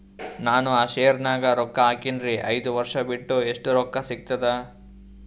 ನಾನು ಆ ಶೇರ ನ್ಯಾಗ ರೊಕ್ಕ ಹಾಕಿನ್ರಿ, ಐದ ವರ್ಷ ಬಿಟ್ಟು ಎಷ್ಟ ರೊಕ್ಕ ಸಿಗ್ತದ?